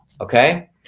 okay